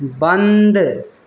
بند